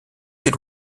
ses